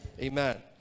Amen